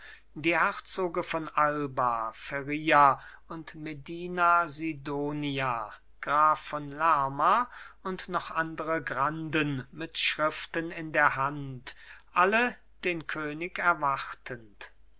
die herzoge von alba feria und medina sidonia graf von lerma und noch andere granden mit schriften in der hand alle den könig erwartend